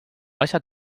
asjad